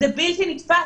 זה בלתי נתפס.